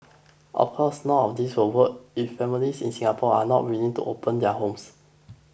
of course none of this will work if families in Singapore are not willing to open their homes